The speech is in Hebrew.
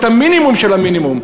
את המינימום שבמינימום.